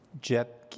jet